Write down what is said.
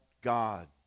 God